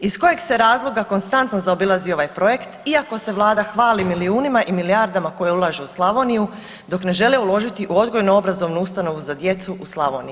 Iz kojeg se razloga konstantno zaobilazi ovaj projekt iako se Vlada hvali milijunima i milijardama koje ulaže u Slavoniju god ne žele uložiti u odgojno-obrazovnu ustanovu za djecu u Slavoniji.